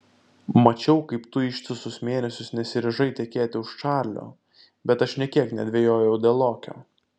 mačiau kaip tu ištisus mėnesius nesiryžai tekėti už čarlio bet aš nė kiek nedvejojau dėl lokio